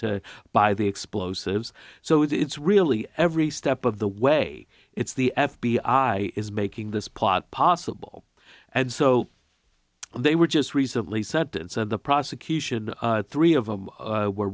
to buy the explosives so it's really every step of the way it's the f b i is making this plot possible and so they were just recently sat and said the prosecution three of them were